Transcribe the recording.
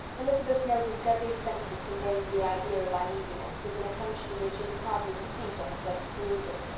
elizabeth noticed every sentence conveying the idea of uneasiness, with an attention which it had hardly received on the first perusal.